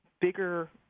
bigger